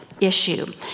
issue